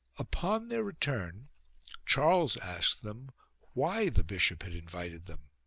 upon their return charles asked them why the bishop had invited them.